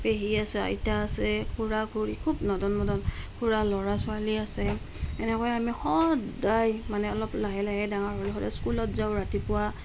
পেহী আছে আইতা আছে খুড়া খুড়ী খুব নদন বদন খুড়াৰ ল'ৰা ছোৱালী আছে এনেকৈয়ে আমি সদায় মানে অলপ লাহে লাহে ডাঙৰ হ'লোঁ সদায় স্কুলত যাওঁ ৰাতিপুৱা